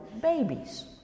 babies